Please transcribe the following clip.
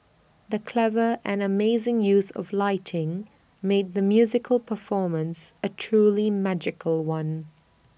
the clever and amazing use of lighting made the musical performance A truly magical one